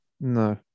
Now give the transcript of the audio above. No